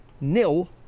nil